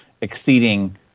exceeding